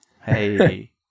Hey